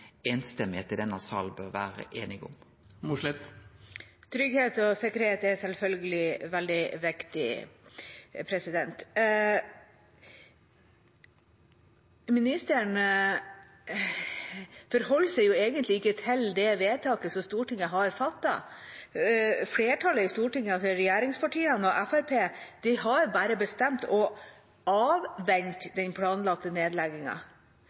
denne salen er samrøystes og einig om. Trygghet og sikkerhet er selvfølgelig veldig viktig. Ministeren forholder seg jo egentlig ikke til det vedtaket som Stortinget har fattet. Flertallet i Stortinget, altså regjeringspartiene og Fremskrittspartiet, har bare bestemt å avvente den planlagte